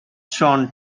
shaun